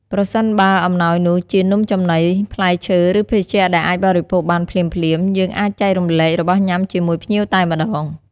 ប្រសិនបើអំណោយនោះជានំចំណី ផ្លែឈើ ឬភេសជ្ជៈដែលអាចបរិភោគបានភ្លាមៗ យើងអាចចែករំលែករបស់ញ៉ាំជាមួយភ្ញៀវតែម្តង។